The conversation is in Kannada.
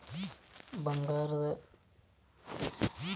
ಬರದಾಗ ಬೆಳೆಯೋ ಸೂರ್ಯಕಾಂತಿ ಹೈಬ್ರಿಡ್ ತಳಿ ಯಾವುದು?